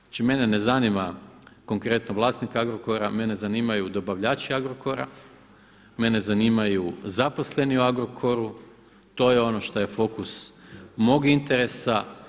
Znači mene ne zanima konkretno vlasnik Agrokora, mene zanimaju dobavljači Agrokora, mene zanimaju zaposleni u Agrokoru, to je ono što je fokus mog interesa.